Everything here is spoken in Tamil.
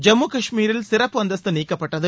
ஜம்மு காஷ்மீரில் சிறப்பு அந்தஸ்து நீக்கப்பட்டது